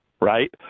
right